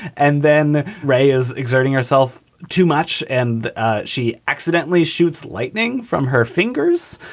and then ray is exerting herself too much and she accidentally shoots lightning from her fingers,